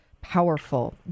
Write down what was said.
powerful